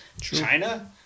China